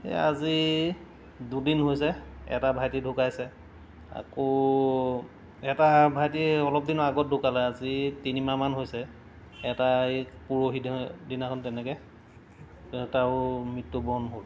এই আজি দুদিন হৈছে এটা ভাইটি ঢুকাইছে আকৌ এটা ভাইটি অলপ দিন আগত ঢুকালে আজি তিনিমাহমান হৈছে এটা এই পৰহি দিনাখন তেনেকৈ তাৰো মৃত্যু বৰণ হ'ল